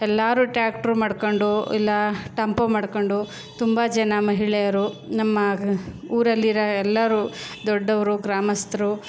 ಎಲ್ಲರೂ ಟ್ರ್ಯಾಕ್ಟ್ರ್ ಮಾಡ್ಕೊಂಡು ಇಲ್ಲ ಟೆಂಪೋ ಮಾಡ್ಕೊಂಡು ತುಂಬ ಜನ ಮಹಿಳೆಯರು ನಮ್ಮ ಊರಲ್ಲಿರೋ ಎಲ್ಲರೂ ದೊಡ್ಡವರು ಗ್ರಾಮಸ್ಥರು